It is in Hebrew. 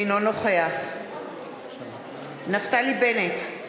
אינו נוכח נפתלי בנט,